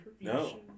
No